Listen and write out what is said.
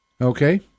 Okay